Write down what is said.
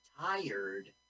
tired